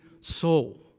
soul